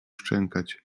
szczękać